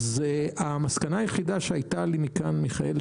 המסקנה היחידה שהיתה לי מכאן מיכאל,